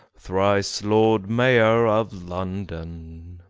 thrice lord mayor of london.